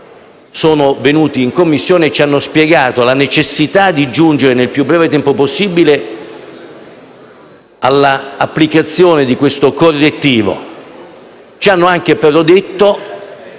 sono venuti in Commissione e ci hanno spiegato la necessità di giungere, nel più breve tempo possibile, all'applicazione di un correttivo. Ci hanno però anche detto